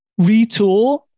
retool